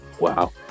Wow